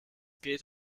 geht